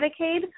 Medicaid